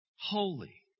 holy